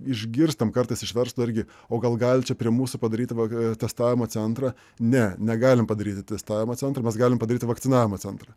išgirstam kartais iš verslo irgi o gal galit čia prie mūsų padaryt vatestavimo centrą ne negalim padaryti testavimo centro mes galim padaryti vakcinavimo centrą